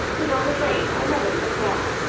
he's on the train. i met him just now.